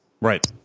Right